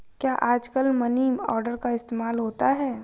क्या आजकल money order का इस्तेमाल होता है?